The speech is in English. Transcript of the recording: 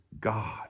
God